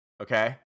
okay